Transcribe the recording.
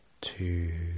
two